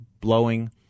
blowing